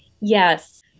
Yes